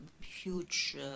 huge